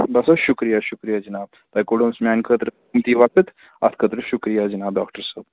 بَس حظ شُکریہ شُکریہ جِناب تۄہہِ کوٚڑوٕ حظ میٛانہِ خٲطرٕ قیمتی وَقت اَتھ خٲطرٕ شُکریہ جِناب ڈاکٹر صٲب